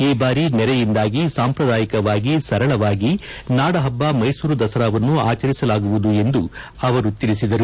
ಈ ಬಾರಿ ನೆರೆಯಿಂದಾಗಿ ಸಾಂಪ್ರದಾಯಿಕವಾಗಿ ಸರಳವಾಗಿ ನಾಡಹಬ್ಬ ಮೈಸೂರು ದಸರಾವನ್ನು ಆಚರಿಸಲಾಗುವುದು ಎಂದು ಅವರು ತಿಳಿಸಿದರು